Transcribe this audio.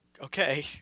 Okay